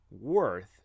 worth